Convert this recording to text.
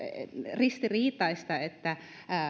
ristiriitaista että